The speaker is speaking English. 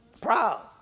proud